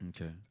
Okay